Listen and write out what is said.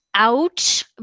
Out